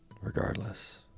regardless